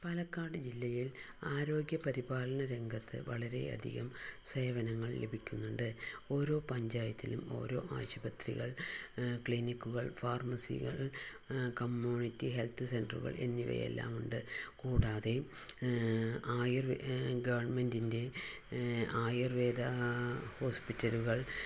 പാലക്കാട് ജില്ലയിൽ ആരോഗ്യപരിപാലനരംഗത്ത് വളരെയധികം സേവനങ്ങൾ ലഭിക്കുന്നുണ്ട് ഓരോ പഞ്ചായത്തിലും ഓരോ ആശുപത്രികൾ ക്ലിനിക്കുകൾ ഫാർമസികൾ കമ്മ്യൂണിറ്റി ഹെൽത്ത് സെന്ററുകൾ എന്നിവയെല്ലാമുണ്ട് കൂടാതെ ആയുർ ഗവണ്മെന്റിൻ്റെ ആയുർവേദ ഹോസ്പിറ്റലുകൾ